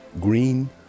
green